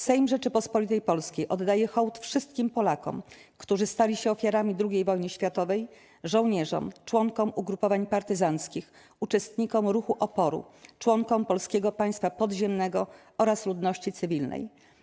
Sejm Rzeczypospolitej Polskiej oddaje hołd wszystkim Polakom, którzy stali się ofiarami II wojny światowej - żołnierzom, członkom ugrupowań partyzanckich, uczestnikom ruchu oporu, członkom Polskiego Państwa Podziemnego oraz ludności cywilnej.